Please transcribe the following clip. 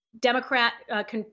Democrat